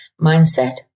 Mindset